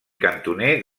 cantoner